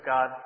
God